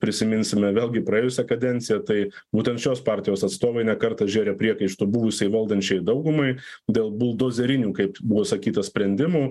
prisiminsime vėlgi praėjusią kadenciją tai būtent šios partijos atstovai ne kartą žėrė priekaištų buvusiai valdančiajai daugumai dėl buldozerinių kaip buvo sakyta sprendimų